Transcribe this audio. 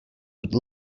would